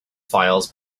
files